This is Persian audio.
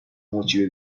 مچی